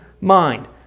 mind